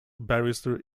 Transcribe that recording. barrister